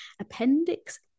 appendix